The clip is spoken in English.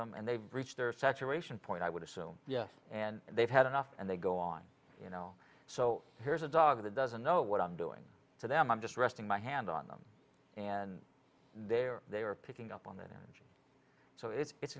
them and they've reached their saturation point i would assume yes and they've had enough and they go on you know so here's a dog that doesn't know what i'm doing to them i'm just resting my hand on them and they are they are picking up on that energy so it's it's